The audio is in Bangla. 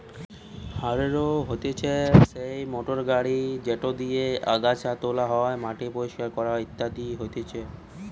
হাররো হতিছে সেই মোটর গাড়ি যেটি দিয়া আগাছা তোলা হয়, মাটি পরিষ্কার করা হতিছে ইত্যাদি